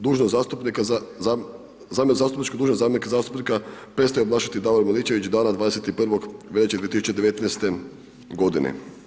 Dužnost zastupnika za zamjenu zastupničku dužnost zamjenika zastupnika prestaje obnašati Davor Miličević dana 21. veljače 2019. godine.